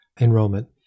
enrollment